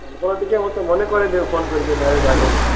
ଆପଣ ଟିକେ ମୋତେ ମନେ କରେଇଦେବେ ଫୋନ୍ କରିକି ମ୍ୟାରେଜ୍ ଆଗରୁ